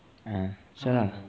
啊是啦